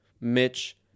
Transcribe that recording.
mitch